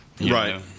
Right